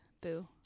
Boo